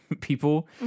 people